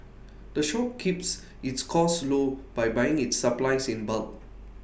the shop keeps its costs low by buying its supplies in bulk